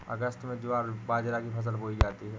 अगस्त में ज्वार बाजरा की फसल बोई जाती हैं